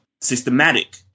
Systematic